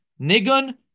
nigun